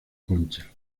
concha